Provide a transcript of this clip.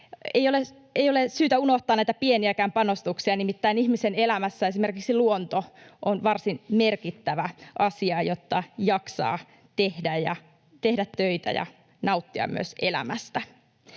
Ei ole syytä unohtaa näitä pieniäkään panostuksia, nimittäin ihmisen elämässä esimerkiksi luonto on varsin merkittävä asia, jotta jaksaa tehdä töitä ja nauttia myös elämästä.